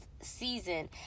Season